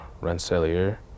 Rensselaer